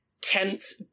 tense